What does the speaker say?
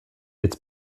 jetzt